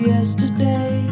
Yesterday